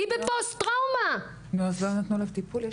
היא בפוסט טראומה --- היא לא קיבלה טיפול,